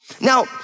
Now